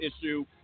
issue